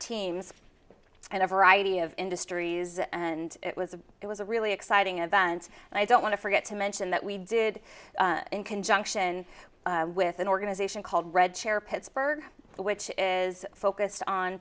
teams and a variety of industries and it was a it was a really exciting event and i don't want to forget to mention that we did in conjunction with an organization called red chair pittsburgh which is focused on